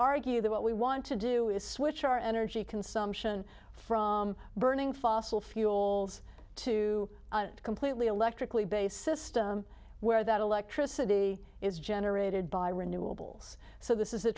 argue that what we want to do is switch our energy in some fashion from burning fossil fuels to completely electrically based system where that electricity is generated by renewables so this is a